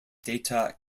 data